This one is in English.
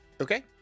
Okay